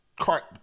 cart